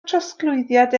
trosglwyddiad